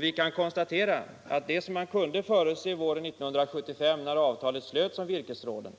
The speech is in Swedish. Vi kan konstatera att det man kunde förutse våren 1975, när avtalet om virkesråden